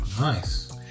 Nice